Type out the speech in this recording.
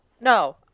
no